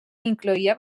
incloïa